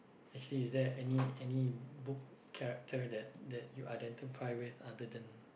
actually is there any any book character that that you identify with other than